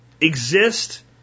Exist